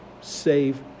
save